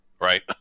Right